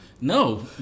No